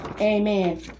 Amen